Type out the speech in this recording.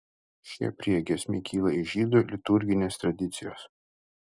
šie priegiesmiai kyla iš žydų liturginės tradicijos